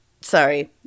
Sorry